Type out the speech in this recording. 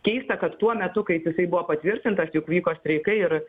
keista kad tuo metu kaip jisai buvo patvirtintas juk vyko streikai ir